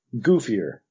goofier